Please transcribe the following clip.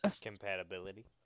Compatibility